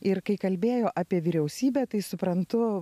ir kai kalbėjo apie vyriausybę tai suprantu